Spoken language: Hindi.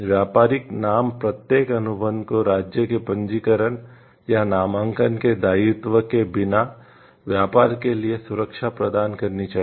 व्यापारिक नाम प्रत्येक अनुबंध को राज्य के पंजीकरण या नामांकन के दायित्व के बिना व्यापार के लिए सुरक्षा प्रदान करनी चाहिए